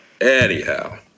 Anyhow